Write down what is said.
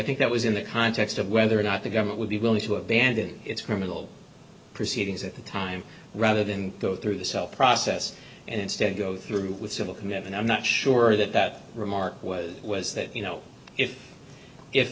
think that was in the context of whether or not the government would be willing to abandon its criminal proceedings at the time rather than go through the self process and instead go through with civil commitment i'm not sure that that remark was was that you know if